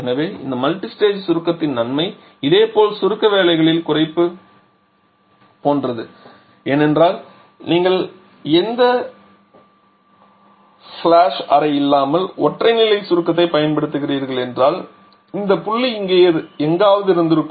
எனவே இந்த மல்டிஸ்டேஜ் சுருக்கத்தின் நன்மை இதேபோல் சுருக்க வேலைகளில் குறைப்பு போன்றது ஏனென்றால் நீங்கள் எந்த ஃபிளாஷ் அறை இல்லாமல் ஒற்றை நிலை சுருக்கத்தைப் பயன்படுத்துகிறீர்கள் என்றால் இந்த புள்ளி இங்கே எங்காவது இருந்திருக்கும்